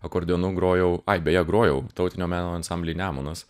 akordeonu grojau ai beje grojau tautinio meno ansambly nemunas